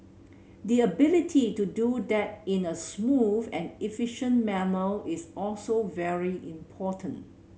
the ability to do that in a smooth and efficient manner is also very important